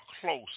close